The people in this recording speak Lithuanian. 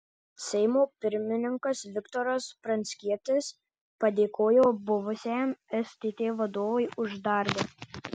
seimo pirmininkas viktoras pranckietis padėkojo buvusiam stt vadovui už darbą